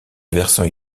versant